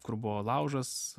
kur buvo laužas